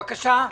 בבקשה.